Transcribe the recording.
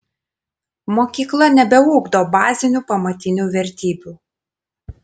mokykla nebeugdo bazinių pamatinių vertybių